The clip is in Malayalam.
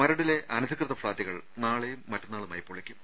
മരടിലെ അനധികൃത ഫ്ളാറ്റുകൾ നാളെയും മറ്റന്നാളുമായി പൊളിക്കും